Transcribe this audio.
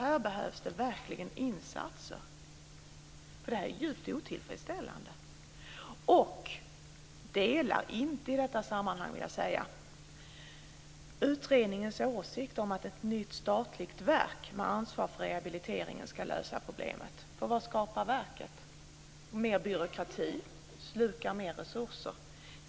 Här behövs det verkligen insatser. Detta är djupt otillfredsställande. Och jag delar inte i detta sammanhang, vill jag säga, utredningens åsikt om att ett nytt statligt verk med ansvar för rehabiliteringen ska lösa problemet. Vad skapar verket? Mer byråkrati, och det slukar mer resurser.